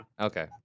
Okay